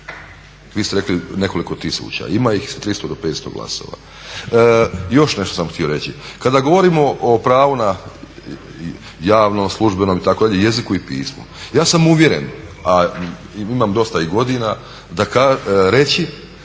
Vi ste rekli nekoliko tisuća. Ima ih 300 do 500 glasova. Još nešto sam htio reći. Kada govorimo o pravu na javno, službeno itd. jeziku i pismu ja sam uvjeren, a imam dosta i godina reći